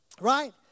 Right